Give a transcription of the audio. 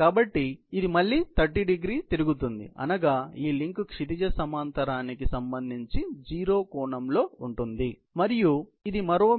కాబట్టి ఇది మళ్ళీ 30º తిరుగుతుంది అనగా ఈ లింక్ క్షితిజ సమాంతరానికి సంబంధించి 0 కోణంలో ఉంటుంది మరియు ఇది మరో